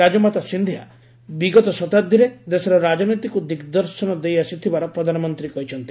ରାଜମାତା ସିନ୍ଧିଆ ବିଗତ ଶତାବ୍ଦୀରେ ଦେଶର ରାଜନୀତିକୁ ଦିଗ୍ଦର୍ଶନ ଦେଇଆସିଥିବାର ପ୍ରଧାନମନ୍ତ୍ରୀ କହିଛନ୍ତି